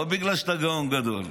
לא בגלל שאתה גאון גדול.